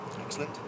Excellent